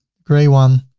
gray one.